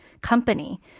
company